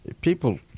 People